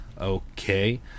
Okay